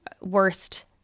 worst